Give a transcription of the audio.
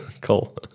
call